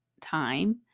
time